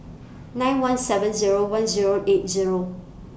nine one seven Zero one Zero eight Zero